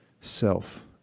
self